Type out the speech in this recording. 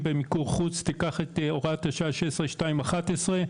במיקור חוץ; תיקח את הוראת השעה 16211,